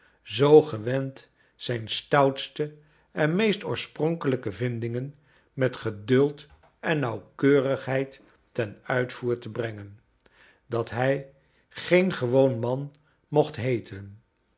zoo gewend zijn stout ste en meest oorspro nkelijke vindingen met geduld en nauwkeurigheid ten uitvoer te brengen dat hij geen gewoon man mocht heeten